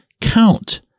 count